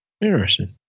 Interesting